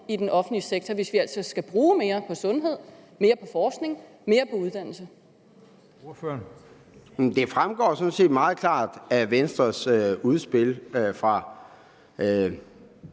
i den offentlige sektor, hvis vi altså skal bruge mere på sundhed, mere på forskning, mere på uddannelse? Kl. 09:32 Formanden: Ordføreren.